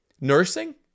nursing